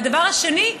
והדבר השני,